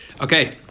Okay